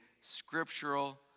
scriptural